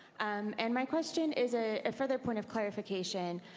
and and my question is a further point of clarification,